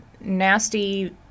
nasty